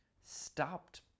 stopped